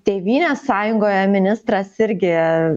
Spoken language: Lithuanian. tėvynės sąjungoje ministras irgi